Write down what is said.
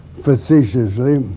facetiously,